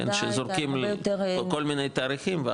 שזורקים כל מיני תאריכים,